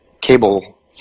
cable